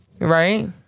Right